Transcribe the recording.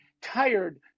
tired